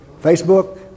Facebook